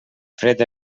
fred